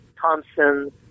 Thompson